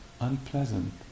unpleasant